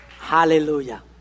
hallelujah